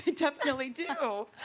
they definitely do.